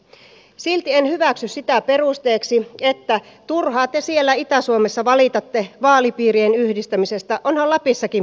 silti en hyväksy sitä perusteeksi että turhaan te siellä itä suomessa valitatte vaalipiirien yhdistämisestä onhan lapissakin pitkät matkat